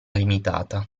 limitata